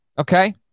Okay